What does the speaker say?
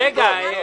רגע,